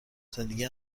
زندگی